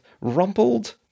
rumpled